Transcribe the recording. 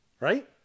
Right